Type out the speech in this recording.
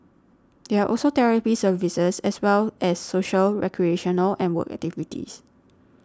there are also therapy services as well as social recreational and work activities